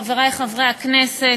חברי חברי הכנסת,